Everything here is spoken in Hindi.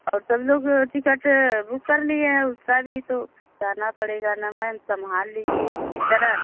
और सब लोग टिकट बुक कर लिए हैं उसका भी तो जाना पड़ेगा ना मैम संभाल लीजिए किसी तरह